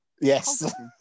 Yes